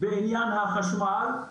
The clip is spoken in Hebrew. בעניין החשמל,